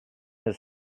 his